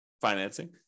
financing